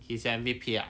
his M B P ah